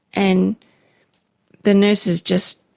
and the nurses just